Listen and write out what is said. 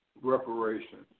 reparations